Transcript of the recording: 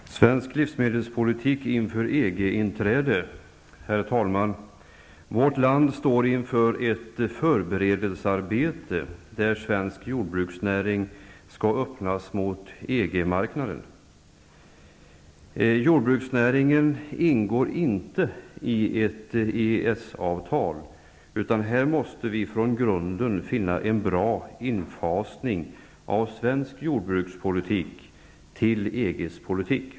Herr talman! Jag tänker tala om svensk livsmedelspolitik inför EG-inträdet. Vårt land står inför ett förberedelsearbete, där svensk jordbruksnäring skall öppnas mot EG-marknaden. Jordbruksnäringen ingår inte i ett EES-avtal, utan här måste vi från grunden finna en bra infasning av svensk jordbrukspolitik i EG:s politik.